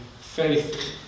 faith